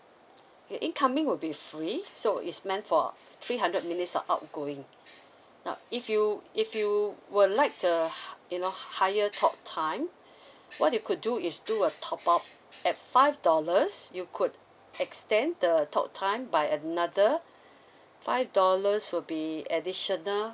in~ incoming will be free so it's meant for three hundred minutes of outgoing now if you if you would like the you know higher talk time what you could do is do a top up at five dollars you could extend the talk time by another five dollars will be additional